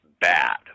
bad